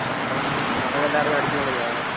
ആ അപ്പോള് നമുക്കെല്ലാർക്കും അടിച്ചുപൊളിക്കാം